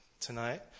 tonight